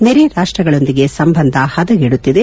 ನೆರೆ ರಾಷ್ಟ್ರಗಳೊಂದಿಗೆ ಸಂಬಂಧ ಹದಗೆಡುತ್ತಿದೆ